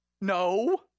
No